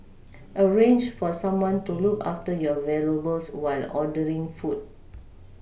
arrange for someone to look after your valuables while ordering food